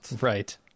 Right